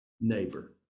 neighbor